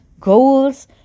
goals